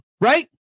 right